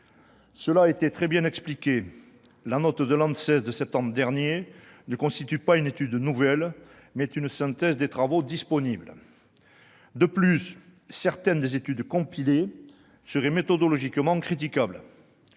Cela a très bien été expliqué. La note de l'ANSES du mois de septembre dernier ne constitue pas une étude nouvelle, mais c'est une synthèse des travaux disponibles. De plus, certaines des études compilées seraient méthodologiquement critiquables.